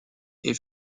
est